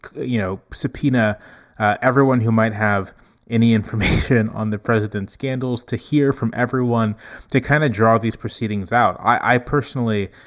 you know, subpoena everyone who might have any information on the president's scandals, to hear from everyone to kind of draw these proceedings out. i personally,